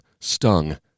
stung